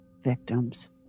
victims